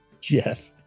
Jeff